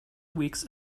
weeks